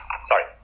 sorry